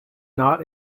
not